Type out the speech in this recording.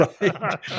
Right